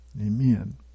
Amen